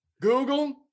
google